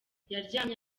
yaryamye